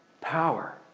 power